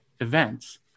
events